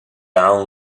ann